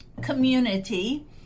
community